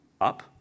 up